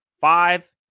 five